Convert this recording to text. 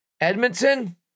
Edmonton